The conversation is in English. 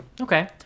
Okay